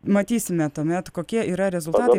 matysime tuomet kokie yra rezultatai